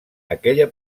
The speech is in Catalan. aquella